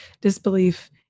Disbelief